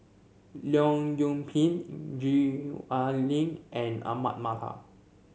Leong Yoon Pin Gwee Ah Leng and Ahmad Mattar